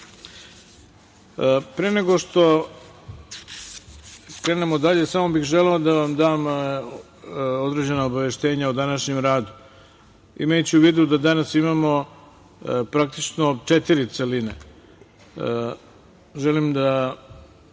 nego što krenemo dalje, samo bih želeo da vam dam određena obaveštenja o današnjem radu. Imajući u vidu da danas imamo praktično četiri celine, želim da